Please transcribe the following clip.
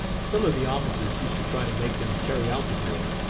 some of the officers used to try to make them carry out the drill,